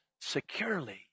securely